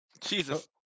Jesus